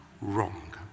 wrong